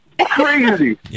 Crazy